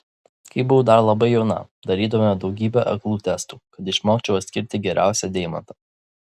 kai buvau dar labai jauna darydavome daugybę aklų testų kad išmokčiau atskirti geriausią deimantą